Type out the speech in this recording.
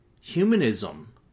Humanism